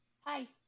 Hi